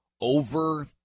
over